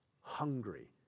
hungry